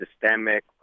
systemic